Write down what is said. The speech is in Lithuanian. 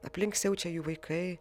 aplink siaučia jų vaikai